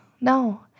no